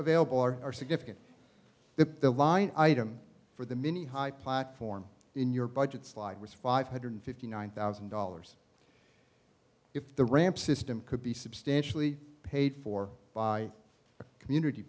available are are significant the line item for the mini high platform in your budget slide was five hundred fifty nine thousand dollars if the ramp system could be substantially paid for by a community